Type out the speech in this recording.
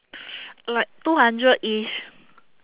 like two hundredish